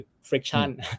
friction